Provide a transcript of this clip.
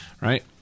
right